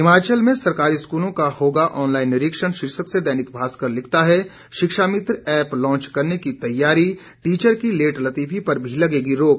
हिमाचल में सरकारी स्कूलों का होगा ऑनलाईन निरीक्षण शीर्षक से दैनिक भास्कर लिखता है शिक्षामित्र ऐप्प लांच करने की तैयारी टीचर की लेट लतीफी पर भी लगेगी रोक